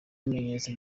bimenyetso